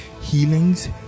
healings